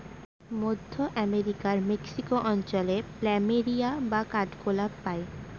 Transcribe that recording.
মধ্য আমেরিকার মেক্সিকো অঞ্চলে প্ল্যামেরিয়া বা কাঠগোলাপ পাই